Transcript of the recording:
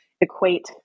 equate